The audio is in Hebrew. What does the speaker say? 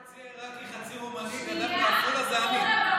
חצי עיראקי, חצי רומני, גדל בעפולה, זה אני.